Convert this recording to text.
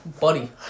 Buddy